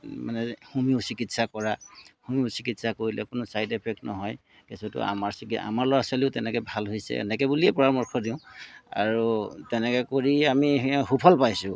মানে হোমিও চিকিৎসা কৰা হোমিও চিকিৎসা কৰিলে কোনো চাইড এফেক্ট নহয় কিছুতো আমাৰ চিকিৎ আমাৰ ল'ৰা ছোৱালীও তেনেকৈ ভাল হৈছে এনেকৈ বুলিয়েই পৰামৰ্শ দিওঁ আৰু তেনেকৈ কৰি আমি সুফল পাইছোঁ